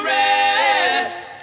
rest